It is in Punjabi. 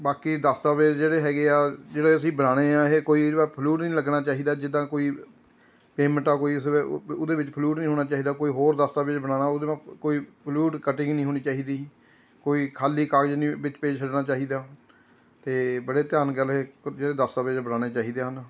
ਬਾਕੀ ਦਸਤਾਵੇਜ਼ ਜਿਹੜੇ ਹੈਗੇ ਹੈ ਜਿਹੜੇ ਅਸੀਂ ਬਣਾਉਣੇ ਹੈ ਇਹ ਕੋਈ ਜਿਹੜਾ ਫਲਿਉਂਡ ਨਹੀਂ ਲੱਗਣਾ ਚਾਹੀਦਾ ਜਿੱਦਾਂ ਕੋਈ ਪੇਅਮੈਂਟ ਆ ਕੋਈ ਉਸਦੇ ਉ ਉਹਦੇ ਵਿੱਚ ਫਲਿਉਂਡ ਨਹੀਂ ਹੋਣਾ ਚਾਹੀਦਾ ਕੋਈ ਹੋਰ ਦਸਤਾਵੇਜ਼ ਬਣਾਉਣਾ ਉਹਦੇ ਮਾ ਕੋਈ ਫ਼ਲਿਉਡ ਕੱਟਿੰਗ ਨਹੀਂ ਹੋਣੀ ਚਾਹੀਦੀ ਕੋਈ ਖਾਲੀ ਕਾਗਜ਼ ਨਹੀਂ ਵਿੱਚ ਪੇਜ਼ ਛੱਡਣਾ ਚਾਹੀਦਾ ਅਤੇ ਬੜੇ ਧਿਆਨ ਗੈਲ ਇਹ ਜਿਹੜੇ ਦਸਤਾਵੇਜ਼ ਬਣਾਉਣੇ ਚਾਹੀਦੇ ਹਨ